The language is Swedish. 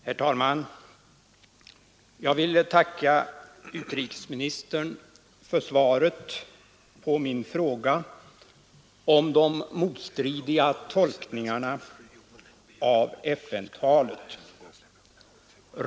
Herr talman! Jag vill tacka utrikesministern för svaret på min fråga om de motstridiga tolkningarna av FN-talet.